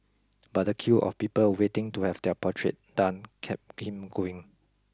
but the queue of people waiting to have their portrait done kept him going